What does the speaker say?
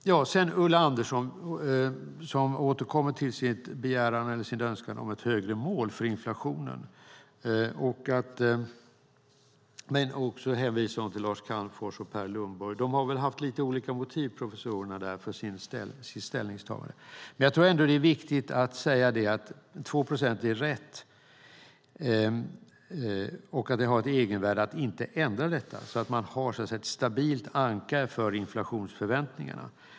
Ulla Andersson återkommer till sin önskan om ett högre mål för inflationen. Hon hänvisar till Lars Calmfors och Per Lundborg. De båda professorerna har haft lite olika motiv för sitt ställningstagande. Jag tror ändå att det är viktigt att säga att 2 procent är rätt, och att det har ett egenvärde att inte ändra på det så att vi har ett stabilt ankare för inflationsförväntningarna.